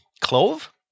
Clove